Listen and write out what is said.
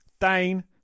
Dane